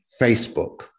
facebook